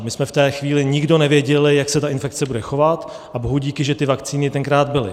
My jsme v té chvíli nikdo nevěděli, jak se ta infekce bude chovat, a bohudíky, že ty vakcíny tenkrát byly.